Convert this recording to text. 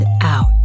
out